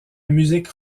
musique